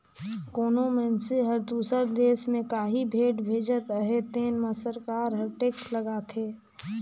कोनो मइनसे हर दूसर देस में काहीं भेंट भेजत अहे तेन में सरकार हर टेक्स लगाथे